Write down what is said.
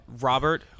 Robert